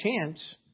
chance